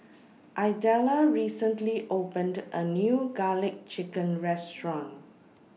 Idella recently opened A New Garlic Chicken Restaurant